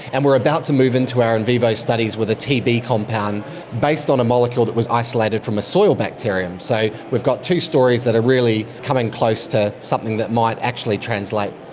and we are about to move into our in vivo studies with a tb compound based on a molecule that was isolated from a soil bacterium. so we've got two stories that are really coming close to something that might actually translate.